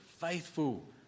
faithful